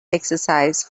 exercise